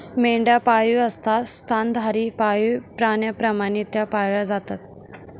मेंढ्या पाळीव असतात स्तनधारी पाळीव प्राण्यांप्रमाणे त्या पाळल्या जातात